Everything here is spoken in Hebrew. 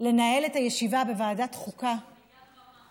לנהל את הישיבה בוועדת חוקה, ביד רמה.